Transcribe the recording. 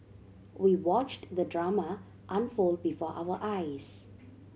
we watched the drama unfold before our eyes